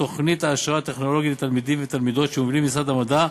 תוכנית העשרה טכנולוגית לתלמידים ותלמידות שמוביל משרד המדע,